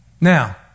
Now